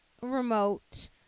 remote